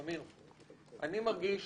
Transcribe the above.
אמיר, אני מרגיש